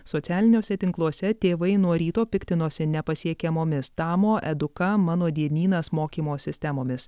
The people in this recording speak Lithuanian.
socialiniuose tinkluose tėvai nuo ryto piktinosi nepasiekiamomis tamo eduka mano dienynas mokymo sistemomis